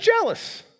jealous